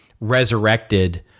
resurrected